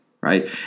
right